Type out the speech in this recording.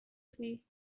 گفتی